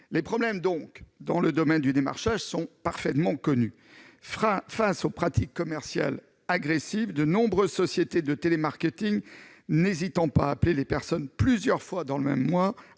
Les problèmes, dans le domaine du démarchage, sont donc parfaitement connus. Eu égard aux pratiques commerciales agressives de nombreuses sociétés de télémarketing n'hésitant pas à appeler les personnes plusieurs fois dans le même mois,